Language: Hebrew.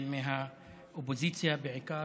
מהאופוזיציה בעיקר,